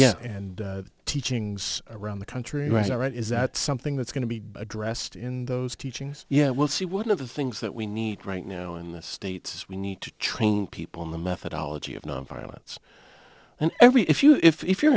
yeah and teachings around the country right is that something that's going to be addressed in those teachings yeah we'll see one of the things that we need right now in the states is we need to train people in the methodology of nonviolence and every if you if you're